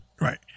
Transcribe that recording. Right